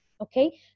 Okay